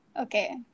Okay